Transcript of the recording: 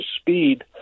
speed